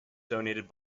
donated